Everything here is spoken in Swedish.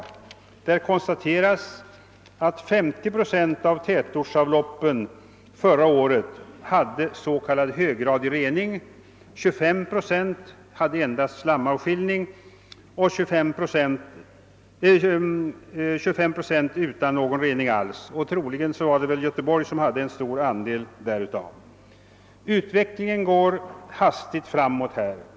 I denna konstateras att 50 procent av tätortsavloppen förra året hade s.k. höggradig rening, 25 procent endast slamavskiljning och 25 procent ingen rening alls — troligen var det Göteborg som svarade för en stor del för den sistnämnda procentsatsen. Utvecklingen går hastigt framåt.